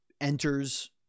enters